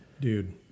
dude